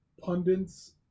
pundits